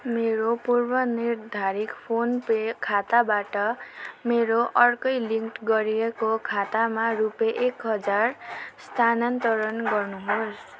मेरो पूर्वनिर्धारित PhonePe खाताबाट मेरो अर्कै लिङ्क गरिएको खातामा रुपियाँ एक हजार स्थानान्तरण गर्नुहोस्